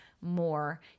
more